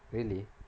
really